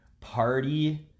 party